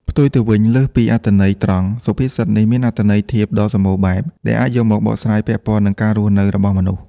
ផ្ទុយទៅវិញ លើសពីអត្ថន័យត្រង់ សុភាសិតនេះមានអត្ថន័យធៀបដ៏សម្បូរបែប ដែលអាចយកមកបកស្រាយពាក់ព័ន្ធនឹងការរស់នៅរបស់មនុស្ស។